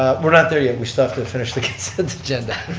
we're not there yet, we still have to finish the consent agenda.